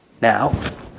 Now